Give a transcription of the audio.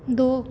ਦੋ